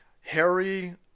Harry